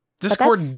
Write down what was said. Discord